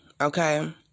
Okay